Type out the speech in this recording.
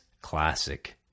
classic